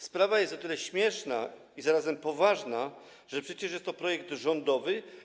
Sprawa jest o tyle śmieszna i zarazem poważna, że przecież jest to projekt rządowy.